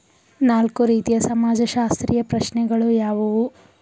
ನಾಲ್ಕು ರೀತಿಯ ಸಮಾಜಶಾಸ್ತ್ರೀಯ ಪ್ರಶ್ನೆಗಳು ಯಾವುವು?